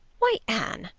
why, anne,